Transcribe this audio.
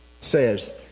says